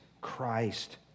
Christ